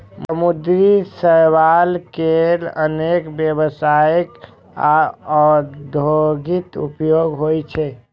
समुद्री शैवाल केर अनेक व्यावसायिक आ औद्योगिक उपयोग होइ छै